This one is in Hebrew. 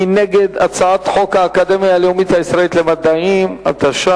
מי נגד הצעת חוק האקדמיה הלאומית הישראלית למדעים (תיקון,